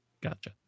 Gotcha